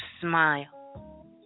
smile